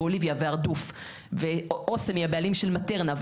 ואת אוליביה ואת הרדוף; ואסם היא הבעלים של מטרנה,